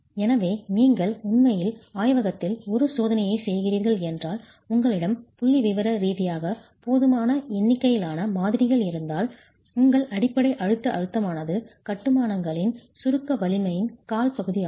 எனவே நீங்கள் உண்மையில் ஆய்வகத்தில் ஒரு சோதனையைச் செய்கிறீர்கள் என்றால் உங்களிடம் புள்ளிவிவர ரீதியாக போதுமான எண்ணிக்கையிலான மாதிரிகள் இருந்தால் உங்கள் அடிப்படை அழுத்த அழுத்தமானது கட்டுமானங்களின் ளின் சுருக்க வலிமையின் கால் பகுதி ஆகும்